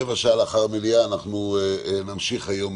רבע שעה לאחר המליאה אנחנו נמשיך את